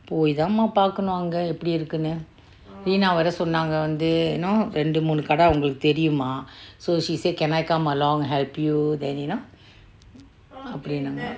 oo இத:ita mah பாகென்னோ எப்டியிருக்குனே:pakenno eptiyirukkune rina வேரா சொன்னாங்க வந்தே:vera connanka vante you know ரெண்டு மூணு கடை அவளெங்கேக்கே தெரியும்:rendu moonu kadai avalenkekke teriyum mah so she said can I come along help you than you know அப்டின்னங்கே:aptinnanke